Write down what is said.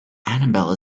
annabel